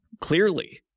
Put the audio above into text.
clearly